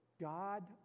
God